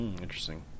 Interesting